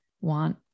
want